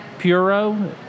Puro